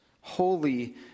Holy